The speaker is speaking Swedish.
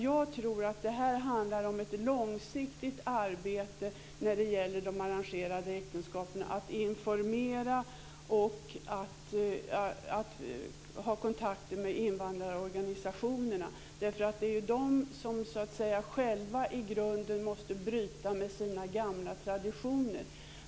Jag tror att det handlar om ett långsiktigt arbete när det gäller de arrangerade äktenskapen, om att informera och ha kontakter med invandrarorganisationerna. Det är ju invandrarna som så att säga själva i grunden måste bryta med sina gamla traditioner.